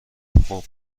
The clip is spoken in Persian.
خوب